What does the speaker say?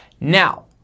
Now